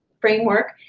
framework,